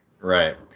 Right